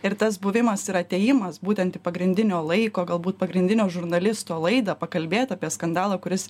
ir tas buvimas ir atėjimas būtent į pagrindinio laiko galbūt pagrindinio žurnalisto laidą pakalbėt apie skandalą kuris